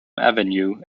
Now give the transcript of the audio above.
avenue